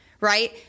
right